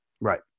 Right